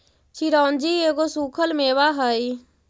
चिरौंजी एगो सूखल मेवा हई